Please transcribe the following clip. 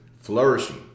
flourishing